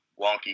wonky